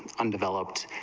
undeveloped,